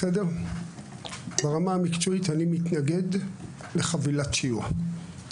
ברמה המקצועית אני מתנגד לחבילת סיוע.